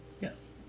Yes